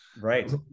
Right